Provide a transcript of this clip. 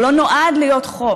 הוא לא נועד להיות חוק,